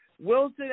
Wilson